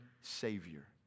savior